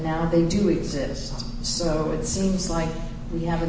now they do exist so it seems like we have an